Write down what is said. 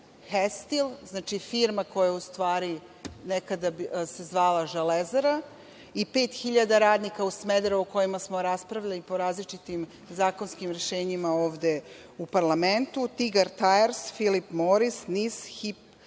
„Hestil“, firma koja je u stvari nekada se zvala „Železara“ i pet hiljada radnika u Smederevu o kojima smo raspravljali i po različitim zakonskim rešenjima ovde u parlamentu, „Tigar tajers“, „Filip Moris“, „NIS“,